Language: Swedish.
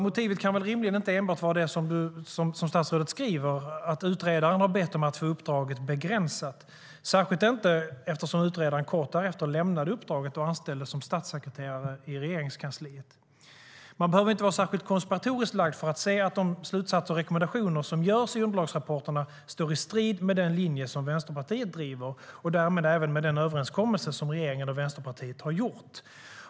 Motivet kan väl rimligen inte enbart vara det som statsrådet skriver - att utredaren har bett om att få uppdraget begränsat, särskilt inte eftersom utredaren kort därefter lämnade uppdraget och anställdes som statssekreterare i Regeringskansliet. Man behöver inte vara särskilt konspiratoriskt lagd för att se att de slutsatser och rekommendationer som görs i underlagsrapporterna står i strid med den linje som Vänsterpartiet driver och därmed även med den överenskommelse som regeringen och Vänsterpartiet har gjort.